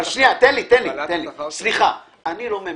אני לא ממשלה.